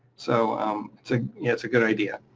so um it's ah yeah it's a good idea.